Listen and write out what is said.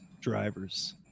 drivers